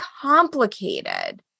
complicated